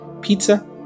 pizza